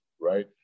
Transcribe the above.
right